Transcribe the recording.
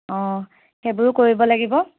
অ সেইবোৰো কৰিব লাগিব